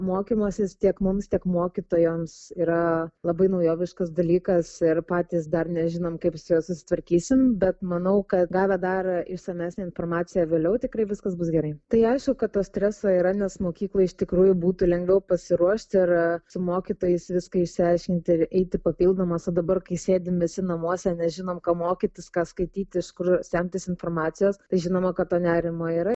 mokymasis tiek mums tiek mokytojoms yra labai naujoviškas dalykas ir patys dar nežinom kaip su ja susitvarkysim bet manau kad gavę dar išsamesnę informaciją vėliau tikrai viskas bus gerai tai aišku kad to streso yra nes mokykloj iš tikrųjų būtų lengviau pasiruošti ir su mokytais viską išsiaiškinti ir eiti papildomas o dabar kai sėdim visi namuose nežinom ką mokytis ką skaityt iš kur semtis informacijos tai žinoma kad to nerimo yra